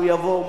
הוא יבוא,